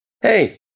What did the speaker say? Hey